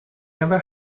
never